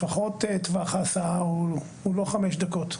לפחות טווח ההסעה הוא לא חמש דקות,